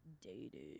dated